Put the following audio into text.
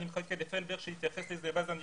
לפרוס את זה אחרת.